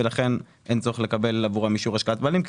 ולכן אין צורך לקבל עבורם אישור השקעת בעלים כי